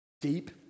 deep